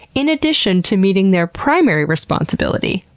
in addition to meeting their primary responsibility,